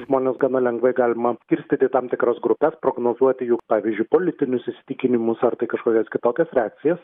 žmones gana lengvai galima skirstyt į tam tikras grupes prognozuoti jų pavyzdžiui politinius įsitikinimus ar tai kažkokias kitokias reakcijas